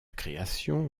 création